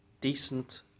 decent